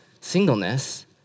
singleness